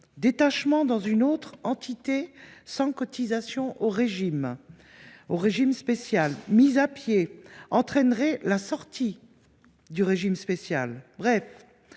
détachement dans une autre entité sans cotisation au régime spécial ou toute mise à pied entraînerait la sortie de celui ci. Bref,